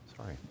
Sorry